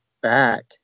back